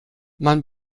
man